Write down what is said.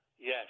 Yes